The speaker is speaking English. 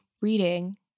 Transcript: reading